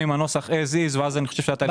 עם הנוסח as is ואז אני חושב שהתהליך יהיה מהיר.